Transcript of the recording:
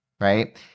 right